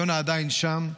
יונה עדיין שם,